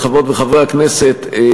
חברות וחברי הכנסת,